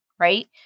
Right